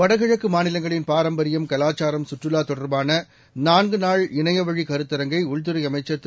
வடகிழக்குமாநிலங்களின்பாரம்பரியம் கலாச்சாரம் சுற்றுலாதொடர்பான நாள்இணையவழிகருத்தரங்கைஉள்துறைஅமைச்சர்திரு